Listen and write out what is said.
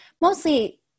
mostly